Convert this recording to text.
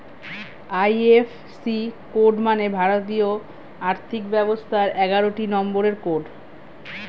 IFC code মানে ভারতীয় আর্থিক ব্যবস্থার এগারোটি নম্বরের কোড